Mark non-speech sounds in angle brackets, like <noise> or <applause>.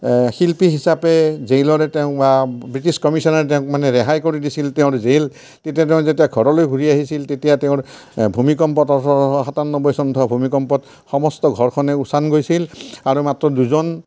শিল্পী হিচাপে জেইললৈ তেওঁক বা ব্ৰিটিছ কমিশ্যনাৰে তেওঁক মানে ৰেহাই কৰি দিছিল তেওঁৰ জেইল তেতিয়া তেওঁ যেতিয়া ঘৰলৈ ঘূৰি আহিছিল তেতিয়া তেওঁৰ এ ভূমিকম্প <unintelligible> সাতানব্বৈ চনত অহা ভূমিকম্পত সমস্ত ঘৰখনেই উচন গৈছিল আৰু মাত্ৰ দুজন